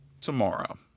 tomorrow